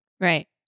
Right